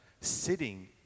sitting